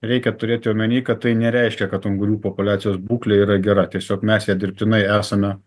reikia turėti omeny kad tai nereiškia kad ungurių populiacijos būklė yra gera tiesiog mes ją dirbtinai esame